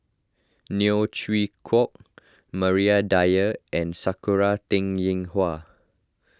Neo Chwee Kok Maria Dyer and Sakura Teng Ying Hua